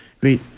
great